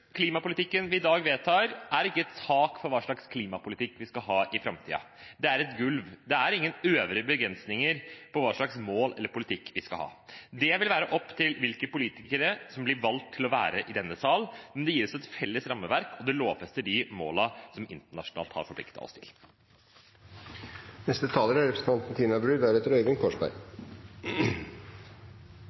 Klimapolitikken vi i dag vedtar, er ikke et tak for hva slags klimapolitikk vi skal ha i framtiden. Den er et gulv. Det er ingen øvre begrensninger for hva slags mål eller politikk vi skal ha. Det vil være opp til de politikerne som blir valgt til å være i denne sal, men dette gir oss et felles rammeverk og lovfester målene vi har forpliktet oss til